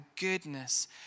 goodness